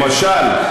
למשל,